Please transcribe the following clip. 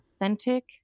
authentic